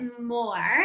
more